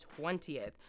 20th